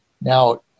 Now